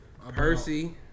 Percy